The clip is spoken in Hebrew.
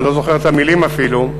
אני לא זוכר את המילים אפילו,